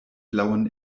blauen